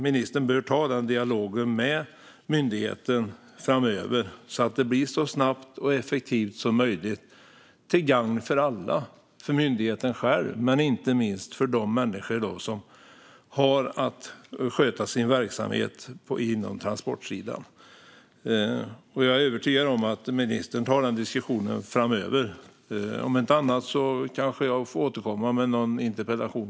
Ministern bör ta den dialogen med myndigheten framöver så att det blir så snabbt och effektivt som möjligt till gagn för alla. Det gäller myndigheten själv men inte minst de människor som har att sköta sin verksamhet inom transportsidan. Jag är övertygad om att ministern tar den diskussionen framöver. Om inte annat kanske jag får återkomma med någon interpellation.